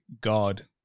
God